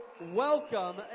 welcome